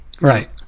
right